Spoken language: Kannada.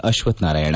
ಅಶ್ವತ್ವನಾರಾಯಣ